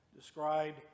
described